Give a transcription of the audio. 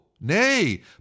nay